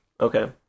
Okay